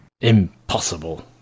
Impossible